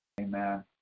Amen